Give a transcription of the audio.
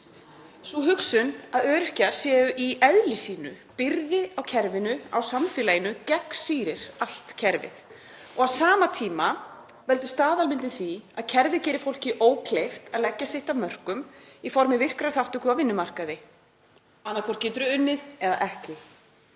Sú hugsun að öryrkjar séu í eðli sínu byrði á kerfinu, á samfélaginu, gegnsýrir allt kerfið. Á sama tíma veldur staðalmynd því að kerfið gerir fólki ókleift að leggja sitt af mörkum í formi virkrar þátttöku á vinnumarkaði. Annaðhvort getur þú unnið eða ekki.